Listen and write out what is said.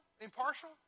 impartial